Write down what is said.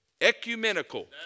Ecumenical